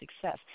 success